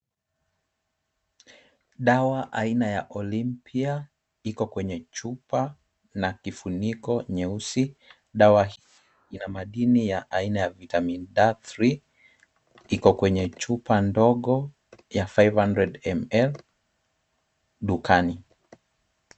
Dawa aina ya Olimpia iko kwenye chupa na kifuniko nyeusi. Dawa ina madini ya aina ya vitamin D3 .Iko kwenye chupa ndogo ya 500ml dukani.